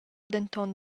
denton